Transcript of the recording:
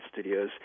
Studios